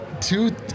two